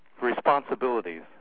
responsibilities